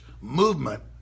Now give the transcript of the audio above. movement